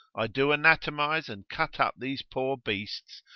i do anatomise and cut up these poor beasts,